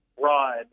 rod